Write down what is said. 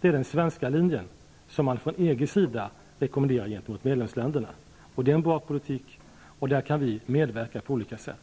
Det är den svenska linjen, och det är en bra politik, där vi kan medverka på olika sätt.